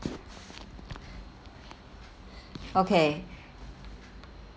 okay